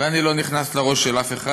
ואני לא נכנס לראש של אף אחד,